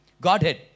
Godhead